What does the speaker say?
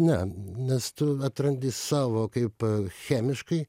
ne nes tu atrandi savo kaip chemiškai